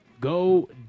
Go